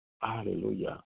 Hallelujah